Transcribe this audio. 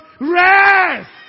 rest